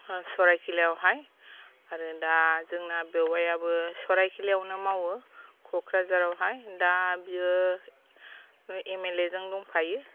सराइकेलायावहाय आरो दा जोंना बेवाइआबो सराइकेलायावनो मावो क'क्राझारावहाय दा बियो एमएलए जों दंफायो